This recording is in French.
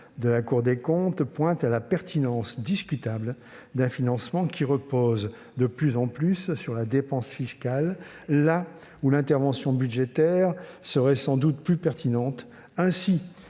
dans un rapport récent la pertinence discutable d'un financement reposant de plus en plus sur la dépense fiscale, là où l'intervention budgétaire serait sans doute plus pertinente. Elle